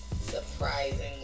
Surprisingly